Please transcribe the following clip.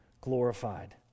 glorified